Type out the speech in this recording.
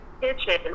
kitchen